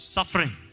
Suffering